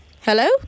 Hello